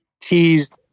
teased